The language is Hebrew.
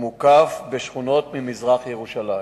והוא מוקף בשכונות של מזרח-ירושלים.